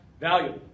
valuable